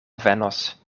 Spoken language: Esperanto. venos